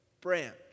branch